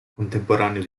contemporaneo